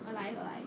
uh 来 uh 来